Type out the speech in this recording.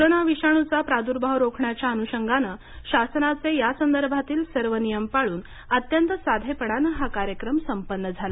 corona विषाणूचा प्रादुर्भाव रोखण्याच्या अनुषंगाने शासनाचे यासंदर्भातील नियम पाळून अत्यंत साधेपणाने हा कार्यक्रम करण्यात आला